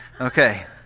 Okay